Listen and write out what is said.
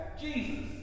Jesus